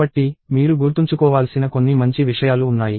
కాబట్టి మీరు గుర్తుంచుకోవాల్సిన కొన్ని మంచి విషయాలు ఉన్నాయి